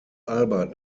albert